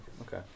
Okay